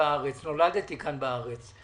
נולדתי כאן בארץ.